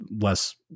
less